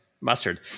mustard